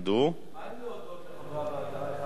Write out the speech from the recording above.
מה עם להודות לחברי הוועדה אחד אחד?